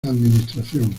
administración